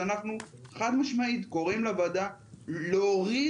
אנחנו חד משמעית קוראים לוועדה להוריד